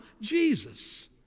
Jesus